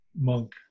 monk